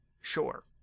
Sure